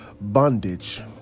bondage